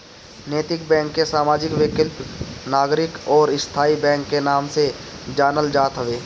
नैतिक बैंक के सामाजिक, वैकल्पिक, नागरिक अउरी स्थाई बैंक के नाम से जानल जात हवे